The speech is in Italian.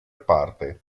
parte